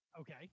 Okay